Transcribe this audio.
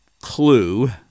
clue